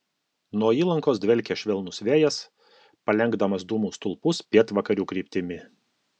nuo įlankos dvelkė švelnus vėjas palenkdamas dūmų stulpus pietvakarių kryptimi